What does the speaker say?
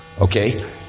Okay